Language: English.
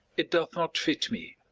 it doth not fit me.